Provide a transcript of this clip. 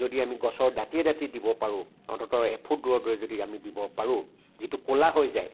যদি আমি গছৰ দাঁতিয়ে দাঁতিয়ে দিব পাৰোঁ অন্তত এফুট দূৰে দূৰে যদি আমি দিব পাৰোঁ যিটো ক'লা হৈ যায়